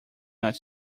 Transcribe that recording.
not